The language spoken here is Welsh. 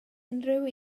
unrhyw